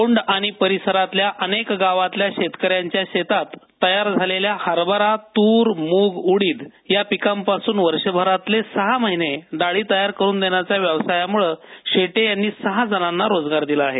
कोंड आणि परिसरातल्या अनेक गावातल्या शेतकऱ्यांच्या शेतात तयार झालेल्या हरभरा तूर मूग उडीद या पिकांपासून वर्षभरातले सहा महिने डाळी तयार करून देण्याचा व्यवसायामुळे शेटे यांनी सहा जणांना रोजगार दिला आहे